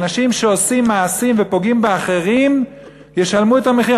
אנשים שעושים מעשים ופוגעים באחרים ישלמו את המחיר.